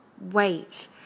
wait